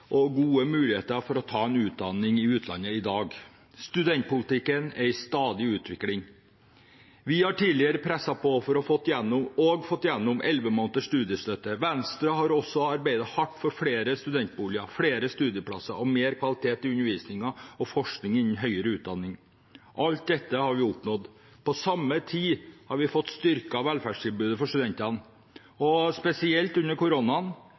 og gode muligheter for å ta en utdanning i utlandet i dag. Studentpolitikken er i stadig utvikling. Vi har tidligere presset på for og fått igjennom elleve måneders studiestøtte. Venstre har også arbeidet hardt for flere studentboliger, flere studieplasser, høyere kvalitet i undervisningen og forskning innen høyere utdanning. Alt dette har vi oppnådd. På samme tid har vi fått styrket velferdstilbudet til studentene, spesielt under